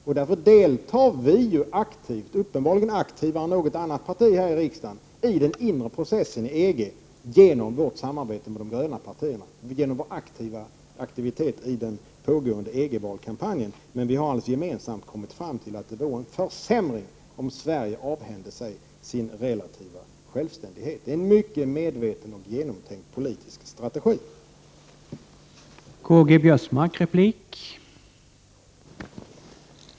Vårt parti deltar aktivt — uppenbarligen mera aktivt än något annat parti här i riksdagen —i den inre processen i EG genom vårt samarbete med de gröna partierna och aktiviteterna i den pågående EG-valskampanjen. Vi har gemensamt kommit fram till att det vore en 73 Prot. 1988/89:129 försämring om Sverige avhände sig sin relativa självständighet. Det är en mycket medveten och genomtänkt politisk strategi. iger att äntligen presenterar Biörsmark litet takta, detta sedan jag nämnt nägra procentsiffror för godstrafikens utveckling. Men allt det andra som jag har refererat till är också fakta. Det är ju från era egna reservationer, något som Per Gahrton tackade mig för i sin första replik. Det är precis lika mycket fakta som det jag sade om trafiken.